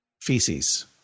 feces